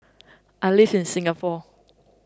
I live in Singapore